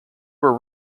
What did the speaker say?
were